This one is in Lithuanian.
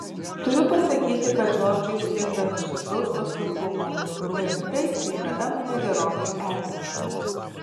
turiu pasakyti kad džordžui stinga nuoširdaus paslaugumo ir tai kai kada mane gerokai erzina